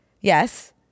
yes